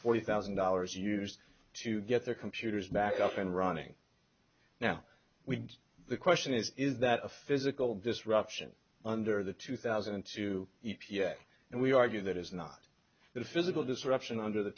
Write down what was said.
forty thousand dollars used to get their computers back up and running now we the question is is that a physical disruption under the two thousand and two e p a and we argue that is not the physical disruption under the